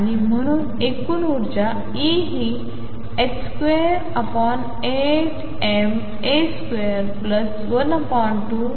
आणि म्हणून एकूण ऊर्जा E हि 28ma212m2a2